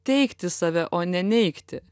teigti save o ne neigti